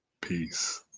peace